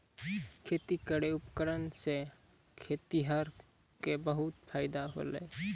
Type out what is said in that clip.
खेती केरो उपकरण सें खेतिहर क बहुत फायदा होलय